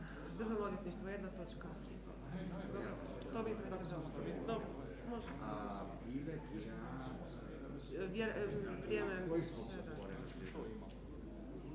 Hvala.